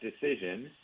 decision